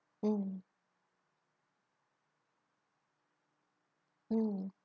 mm mm